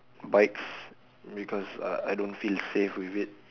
bikes because uh I don't feel safe with it